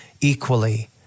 equally